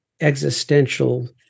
existential